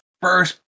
first